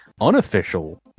unofficial